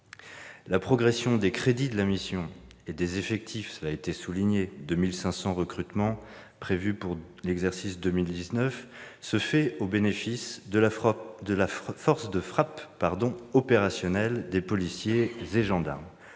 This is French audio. La progression des crédits de la mission et des effectifs, avec- cela a été souligné -2 500 recrutements prévus pour l'exercice 2019, s'effectue au bénéfice de la force de frappe opérationnelle des policiers et gendarmes,